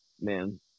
man